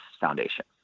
foundation